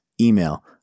email